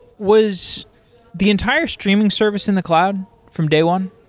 was the entire streaming service in the cloud from day one?